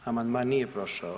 Amandman nije prošao.